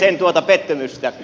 en tuota pettymystä